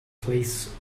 place